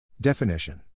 Definition